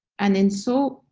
and in so.